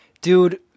dude